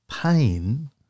pain